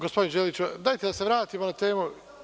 Gospodine Đeliću, dajte da se vratimo na temu.